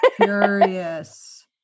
curious